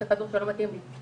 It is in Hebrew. זה כדור שלא מתאים לי.